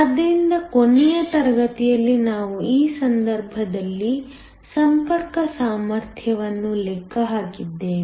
ಆದ್ದರಿಂದ ಕೊನೆಯ ತರಗತಿಯಲ್ಲಿ ನಾವು ಈ ಸಂದರ್ಭದಲ್ಲಿ ಸಂಪರ್ಕ ಸಾಮರ್ಥ್ಯವನ್ನು ಲೆಕ್ಕ ಹಾಕಿದ್ದೇವೆ